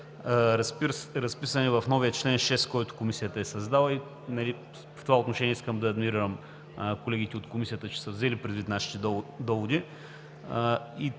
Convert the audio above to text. разписани в новия чл. 6, който Комисията е създала. В това отношение искам да адмирирам колегите от Комисията, че са взели предвид нашите доводи.